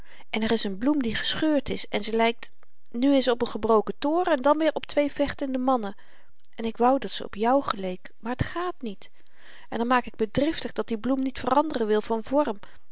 en er is een bloem die gescheurd is en ze lykt nu eens op n gebroken toren dan weer op twee vechtende mannen en ik wou dat ze op jou geleek maar t gààt niet en dan maak ik me driftig dat die bloem niet veranderen wil van vorm